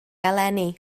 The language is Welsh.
eleni